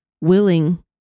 willing